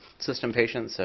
system patients, so